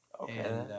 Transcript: Okay